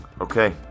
Okay